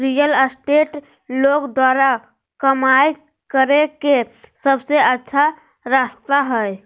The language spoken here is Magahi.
रियल एस्टेट लोग द्वारा कमाय करे के सबसे अच्छा रास्ता हइ